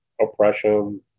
oppression